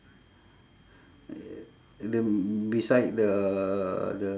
uh the beside the the